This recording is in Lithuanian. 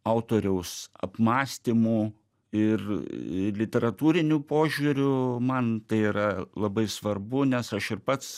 autoriaus apmąstymų ir literatūriniu požiūriu man tai yra labai svarbu nes aš ir pats